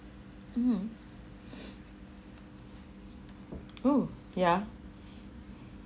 mm oh yeah